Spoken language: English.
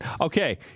Okay